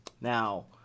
Now